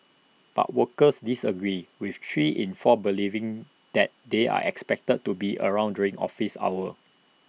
but workers disagreed with three in four believing that they are expected to be around during office hours